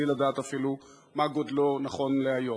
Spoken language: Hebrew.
בלי לדעת אפילו מה גודלו נכון להיום.